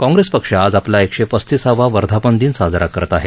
काँग्रेस पक्ष आज आपला एकशे पस्तीसावा वर्धापन दिन साजरा करत आहे